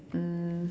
um